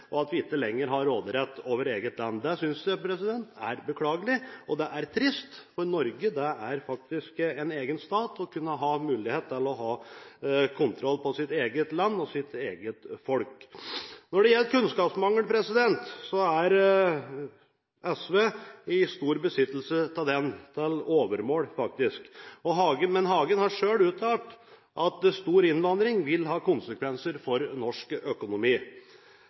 og at vi ikke lenger har råderett over eget land. Det synes jeg er beklagelig og trist, for Norge er faktisk en egen stat og må kunne ha muligheten til å ha kontroll på sitt eget land og sitt eget folk. Når det gjelder kunnskapsmangel, er SV i stor besittelse av det – til overmål, faktisk. Men Hagen har selv uttalt at stor innvandring vil ha konsekvenser for norsk økonomi.